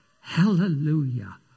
Hallelujah